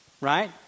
right